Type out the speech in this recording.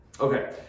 Okay